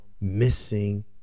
missing